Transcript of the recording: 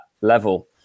level